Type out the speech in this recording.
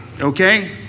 Okay